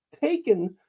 taken